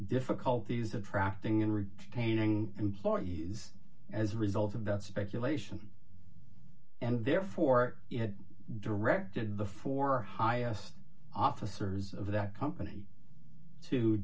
difficulties attracting and retaining employees as a result of that speculation and therefore it directed before our highest officers of that company to